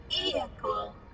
vehicle